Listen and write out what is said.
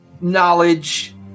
knowledge